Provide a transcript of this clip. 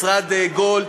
משרד גולד.